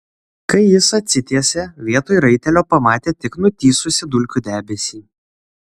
kai jis atsitiesė vietoj raitelio pamatė tik nutįsusį dulkių debesį